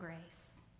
grace